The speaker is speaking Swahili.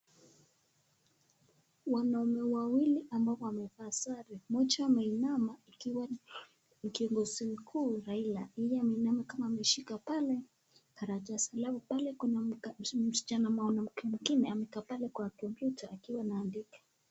Wanaume wawili ama wamevaa sare, moja ameinama akiwa ni kiongozi mkuu Raila. Yeye ameinama kama ameshika pale karatasi lao, pale kuna msichana mwanamke mwingine amekaa kwa [computer] akiwa na..